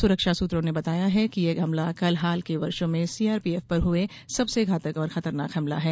सुरक्षा सुत्रों ने कहा है कि यह हमला हाल के वर्षो में सी आर पी एफ पर हुआ सबसे घातक और खतरनाक हमला है